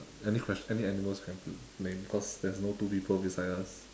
any quest~ animals can lame cause there's no two people beside us